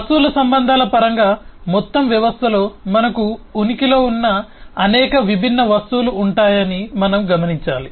వస్తువుల సంబంధాల పరంగా మొత్తం వ్యవస్థలో మనకు ఉనికిలో ఉన్న అనేక విభిన్న వస్తువులు ఉంటాయని మనం గమనించాలి